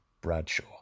Bradshaw